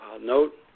note